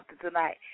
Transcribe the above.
tonight